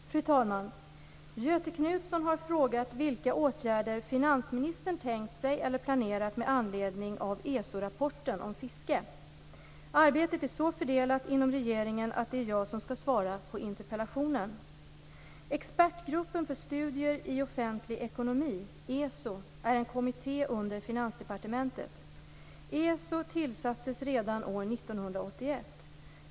Fru talman! Göthe Knutson har frågat vilka åtgärder finansministern tänkt sig eller planerat med anledning av ESO-rapporten om fiske. Arbetet är så fördelat inom regeringen att det är jag som skall svara på interpellationen. ESO tillsattes redan år 1981.